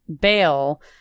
bail